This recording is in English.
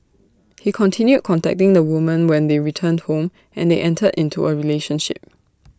he continued contacting the woman when they returned home and they entered into A relationship